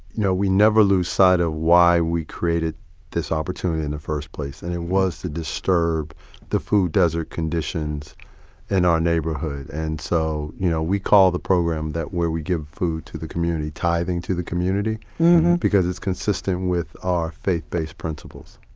you know we never lose sight of why we created this opportunity in the first place. and it was to disturb the food desert conditions in our neighborhood. and so you know we call the program where we give food to the community tithing to the community because it's consistent with our faith-based principles